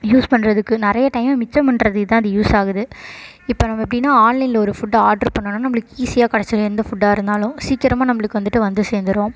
use பண்ணுறதுக்கு நிறைய டைமை மிச்சம் பண்ணுறதுக்கு தான் அது யூஸ் ஆகுது இப்போ நம்ம எப்படின்னா ஆன்லைனில் ஒரு ஃபுட்டு ஆர்ட்ரு பண்ணோன்னால் நம்மளுக்கு ஈஸியாக கெடச்சிடும் எந்த ஃபுட்டாக இருந்தாலும் சீக்கிரமாக நம்மளுக்கு வந்துட்டு வந்து சேர்ந்துரும்